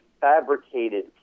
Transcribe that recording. fabricated